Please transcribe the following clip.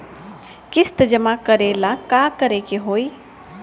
किस्त जमा करे ला का करे के होई?